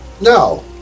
No